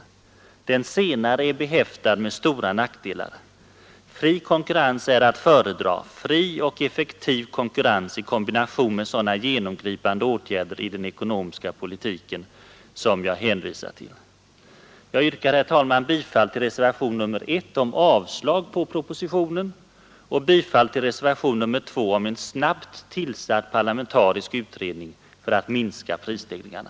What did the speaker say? Den senare är behäftad med stora nackdelar. Fri konkurrens är att föredra, fri och effektiv konkurrens i kombination med sådana genomgripande åtgärder i den ekonomiska politiken som jag hänvisat till. Jag yrkar, herr talman, dels bifall till reservationen 1 om avslag på propositionen, dels bifall till reservationen 2 om en snabbt tillsatt parlamentarisk utredning för att minska prisstegringarna.